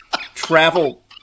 travel